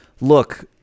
Look